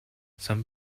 some